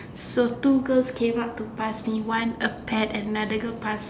so two girls came up to pass one a pad and another girl pass